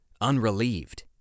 unrelieved